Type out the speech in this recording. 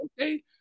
okay